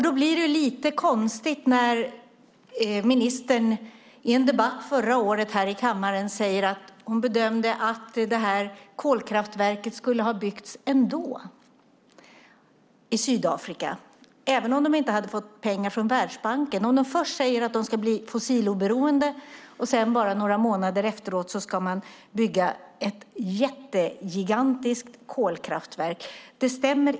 Då blev det lite konstigt när ministern i en debatt förra året här i kammaren sade att hon bedömde att det här kolkraftverket skulle ha byggts ändå i Sydafrika även om de inte hade fått pengar från Världsbanken. Jag får det inte att stämma att de först säger att de ska bli fossiloberoende och sedan bara några månader efteråt säger att de ska bygga ett gigantiskt kolkraftverk.